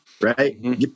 right